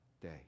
day